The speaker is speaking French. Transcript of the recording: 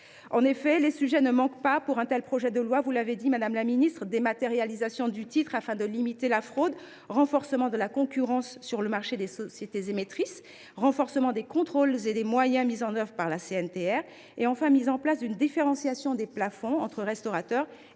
dit, les sujets ne manquent pas pour un tel projet de loi : dématérialisation du titre afin de limiter la fraude, renforcement de la concurrence sur le marché des sociétés émettrices, renforcement des contrôles et des moyens déployés par la CNTR, enfin, mise en place d’une différenciation des plafonds entre restaurateurs et grandes surfaces.